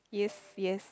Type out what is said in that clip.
yes yes